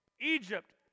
Egypt